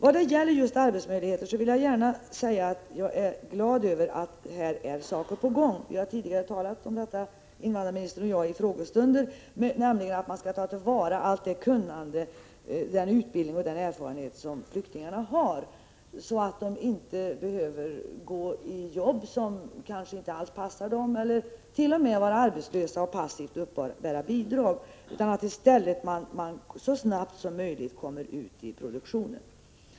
Beträffande arbetsmöjligheter vill jag gärna säga att jag är glad över att saker här är på gång. Invandrarministern och jag har tidigare, vid frågestunder, talat om att man skall ta till vara allt det kunnande, all den utbildning och den erfarenhet som flyktingarna har, så att de inte behöver ta jobb som kanske inte alls passar dem —-ellert.o.m. vara arbetslösa och passivt uppbära bidrag. De bör i stället så snabbt som möjligt komma ut i produktionen.